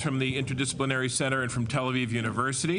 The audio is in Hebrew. חבר כנסת ממפלגת ישראל ביתנו ויושב ראש ועדת העלייה,